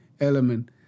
element